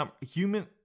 Human